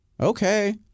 Okay